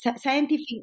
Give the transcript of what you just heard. scientific